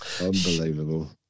Unbelievable